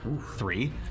Three